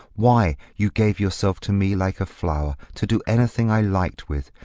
why, you gave yourself to me like a flower, to do anything i liked with.